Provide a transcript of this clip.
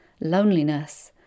loneliness